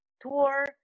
tour